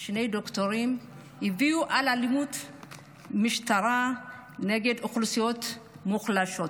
של שני דוקטורים על אלימות משטרה נגד אוכלוסיות מוחלשות,